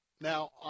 Now